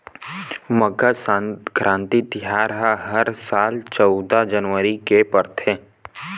मकर सकराति तिहार ह हर साल चउदा जनवरी के दिन परथे